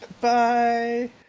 bye